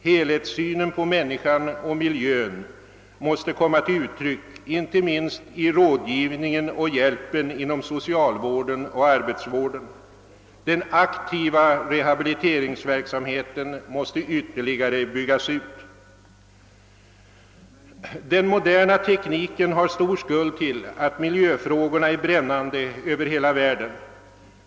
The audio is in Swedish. Helhetssynen på människan och miljön måste komma till uttryck, inte minst i rådgivningen och hjälpen inom socialvården och arbetsvården. Den aktiva rehabiliteringsverksamheten måste ytterligare byggas ut. Den moderna tekniken har stor skuld till att miljöfrågorna är brännande över hela världen.